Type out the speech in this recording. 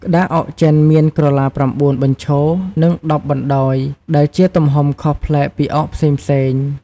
ក្តារអុកចិនមានក្រឡា ៩ បញ្ឈរ និង ១០ បណ្តាយ ដែលជាទំហំខុសប្លែកពីអុកផ្សេងៗ។